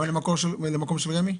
גם למקום של רשות מקרקעי ישראל?